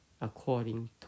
according